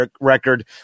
record